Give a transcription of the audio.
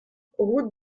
route